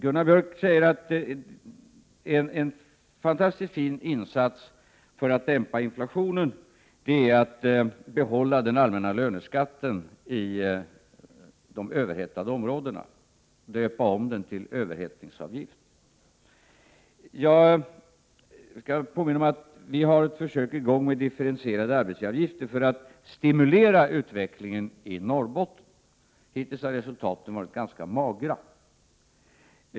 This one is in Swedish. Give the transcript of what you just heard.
Gunnar Björk säger att en fantastiskt fin insats för att dämpa inflationen är att behålla den allmänna löneskatten i de överhettade områdena och döpa om den till överhettningsavgift. Jag skall påminna om att vi har ett försök i gång med differentierade arbetsavgifter för att stimulera utvecklingen i Norrbotten. Hittills har resultaten varit ganska magra.